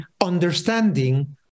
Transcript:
understanding